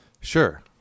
Sure